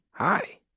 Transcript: Hi